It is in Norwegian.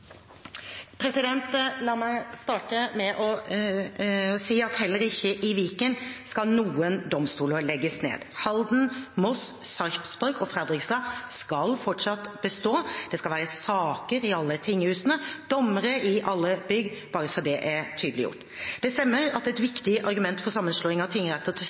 La meg starte med å si at heller ikke i Viken skal noen domstoler legges ned. Halden, Moss, Sarpsborg og Fredrikstad skal fortsatt bestå, det skal være saker i alle tinghusene, dommere i alle bygg – bare så det er tydeliggjort. Det stemmer at et viktig argument for sammenslåing av